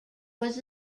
was